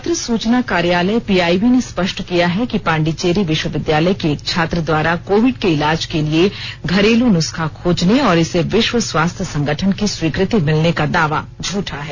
पत्र सूचना कार्यालय पीआईबी ने स्पष्ट किया है कि पांडिचेरी विश्वविद्यालय के एक छात्र द्वारा कोविड के इलाज के लिए घरेलू नुस्खा खोजने और इसे विश्व स्वास्थ्य संगठन की स्वीकृति मिलने का दावा झुठा है